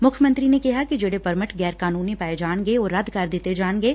ਮੁੱਖ ਮੰਤਰੀ ਨੇ ਕਿਹਾ ਕਿ ਜਿਹੜੇ ਪਰਮਟ ਗੈਰ ਕਾਨੁੰਨੀ ਪਾਏ ਜਾਣਗੇ ਉਹ ਰੱਦ ਕਰ ਦਿੱਤੇ ਜਾਣਗੇ